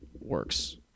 works